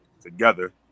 together